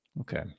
Okay